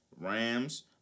Rams